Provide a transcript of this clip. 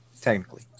technically